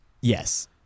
Yes